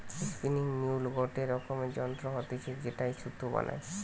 spinning mule গটে রকমের যন্ত্র হতিছে যেটায় সুতা বানায়